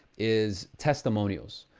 is testimonials.